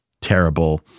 terrible